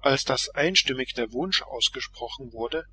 als daß einstimmig der wunsch ausgesprochen wurde